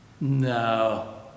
No